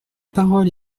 parole